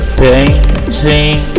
painting